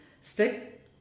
Stick